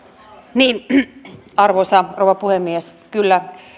arvoisa rouva puhemies kyllä